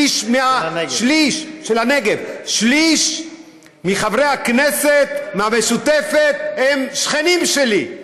שליש, שליש מחברי הכנסת מהמשותפת הם שכנים שלי.